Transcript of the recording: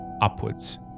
Upwards